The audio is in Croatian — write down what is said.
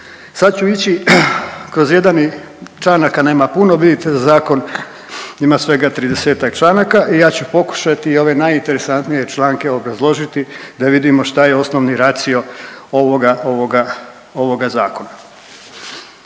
Sad ću ići kroz jedan i članaka nema puno, vidite da zakon ima svega 30-tak članaka i ja ću pokušati ove najinteresantnije članke obrazložiti da vidimo šta je osnovni racio ovoga, ovoga,